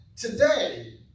today